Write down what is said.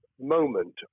moment